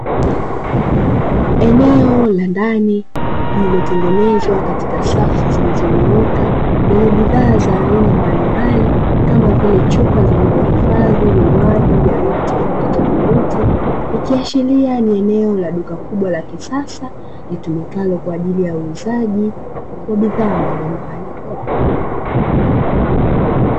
Eneo la ndani lililotengenezwa katika safu zilizonyooka, lenye bidhaa za aina mbalimbali kama vile chupa zilizohifadhi vinywaji vya aina tofautitofauti. Ikiashiria ni eneo la duka kubwa la kisasa, litumikalo kwa ajili ya uuzaji wa bidhaa mbalimbali.